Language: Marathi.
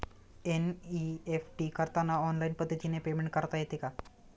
एन.ई.एफ.टी करताना ऑनलाईन पद्धतीने पेमेंट करता येते का?